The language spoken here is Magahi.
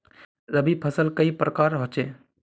रवि फसल कई प्रकार होचे?